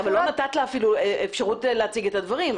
אבל אפילו לא נתת לה אפשרות להציג את הדברים.